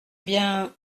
bien